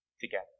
together